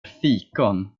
fikon